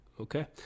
Okay